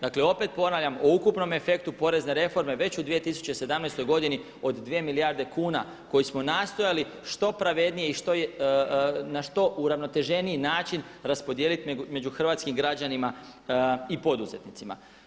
Dakle, opet ponavljam o ukupnom efektu porezne reforme već u 2017. godini od 2 milijardi kuna koju smo nastojali što pravednije i na što uravnoteženiji način raspodijeliti među hrvatskim građanima i poduzetnicima.